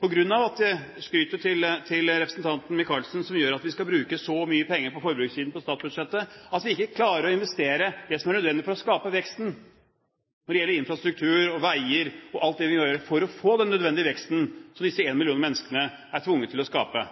Det er alt det skrytet til representanten Micaelsen som gjør at vi skal bruke så mye penger på forbrukssiden på statsbudsjettet at vi ikke klarer å investere det som er nødvendig for å skape veksten når det gjelder infrastruktur, veier og alt det vi må gjøre for å få den nødvendige veksten som disse én million mennesker er tvunget til å skape.